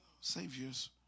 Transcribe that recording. Savior's